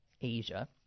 Asia